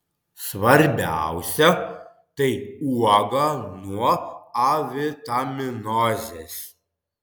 svarbiausia tai uoga nuo avitaminozės